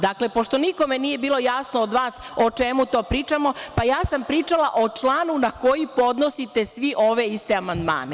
Dakle, pošto nikome nije bilo jasno od vas o čemu to pričamo, pa ja sam pričala o članu na koji podnosite svi ove iste amandmane.